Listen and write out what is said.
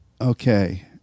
Okay